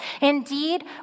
Indeed